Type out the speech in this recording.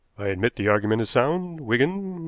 i admit the argument is sound, wigan,